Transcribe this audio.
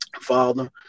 father